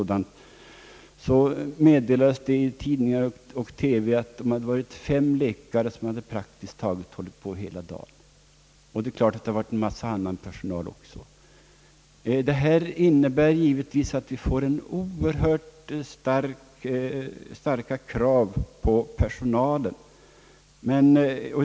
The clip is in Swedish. Det meddelades då i tidningar och i TV att fem läkare arbetat praktiskt taget hela dagen med den operationen, förutom naturligtvis en mängd annan personal. Detta in nebär givetvis oerhört starka krav på personalen.